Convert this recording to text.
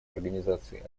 организации